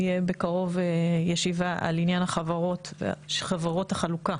תהיה בקרוב ישיבה על עניין חברות החלוקה